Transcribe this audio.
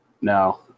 No